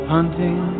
Hunting